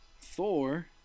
Thor